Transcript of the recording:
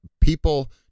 people